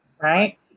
right